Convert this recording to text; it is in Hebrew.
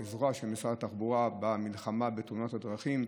כזרוע של משרד התחבורה במלחמה בתאונות הדרכים.